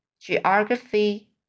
geography